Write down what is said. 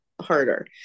harder